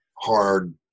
hard